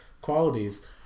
qualities